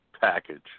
package